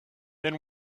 then